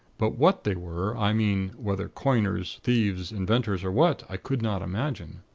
but what they were, i mean whether coiners, thieves, inventors, or what, i could not imagine.